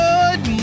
Good